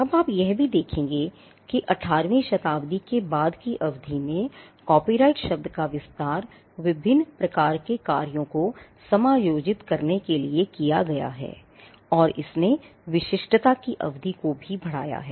अब आप यह भी देखेंगे कि 18 वीं शताब्दी के बाद की एक अवधि में कॉपीराइट शब्द का विस्तार विभिन्न प्रकार के कार्यों को समायोजित करने के लिए किया गया है और इसने विशिष्टता की अवधि को भी बढ़ाया है